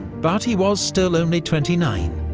but he was still only twenty nine,